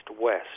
west